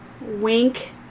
wink